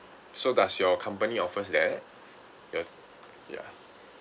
so does your company offers that the ya